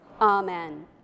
amen